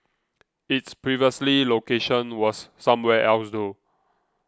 its previous location was somewhere else though